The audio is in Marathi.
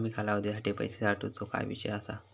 कमी कालावधीसाठी पैसे ठेऊचो काय विषय असा?